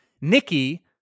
Nikki